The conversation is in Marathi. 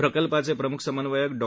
प्रकल्पाचे प्रम्ख समन्वयक डॉ